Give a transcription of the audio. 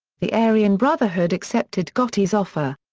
the aryan brotherhood accepted gotti's offer.